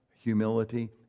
humility